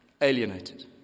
alienated